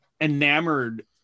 enamored